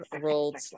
rolled